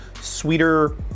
sweeter